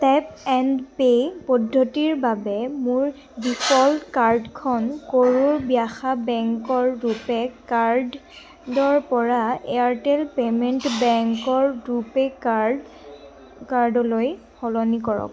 tap and pay পদ্ধতিৰ বাবে মোৰ ডিফ'ল্ট কাৰ্ডখন কৰুৰ ব্যাসা বেংকৰ ৰুপে কাৰ্ডৰপৰা এয়াৰটেল পেমেণ্ট বেংকৰ ৰুপে কাৰ্ড কাৰ্ডলৈ সলনি কৰক